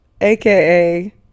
aka